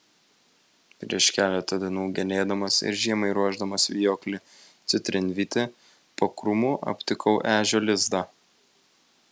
prieš keletą dienų genėdamas ir žiemai ruošdamas vijoklį citrinvytį po krūmu aptikau ežio lizdą